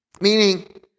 Meaning